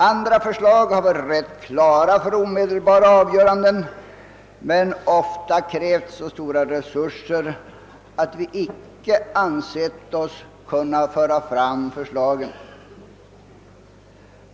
Andra förslag har varit rätt klara för omedelbara avgöranden men ofta krävt så stora resurser att vi icke ansett: oss kunna föra fram dem.